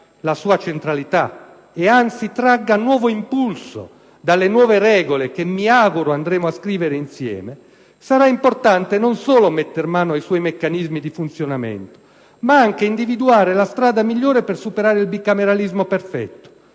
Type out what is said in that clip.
la sua centralità e, anzi, tragga nuovo impulso dalle nuove regole, che mi auguro andremo a scrivere insieme, sarà importante non solo metter mano ai suoi meccanismi di funzionamento, ma anche individuare la strada migliore per superare il bicameralismo perfetto.